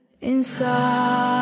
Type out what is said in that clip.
inside